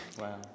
Wow